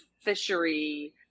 fishery